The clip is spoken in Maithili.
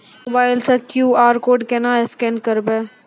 मोबाइल से क्यू.आर कोड केना स्कैन करबै?